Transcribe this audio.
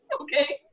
okay